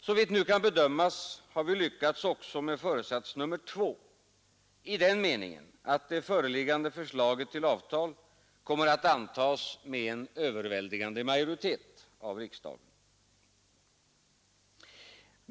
Såvitt nu kan bedömas har vi lyckats också med föresats nummer två i den meningen, att det föreliggande förslaget till avtal kommer att antas med en Överväldigande majoritet av riksdagen.